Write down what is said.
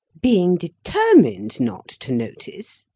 being determined not to notice,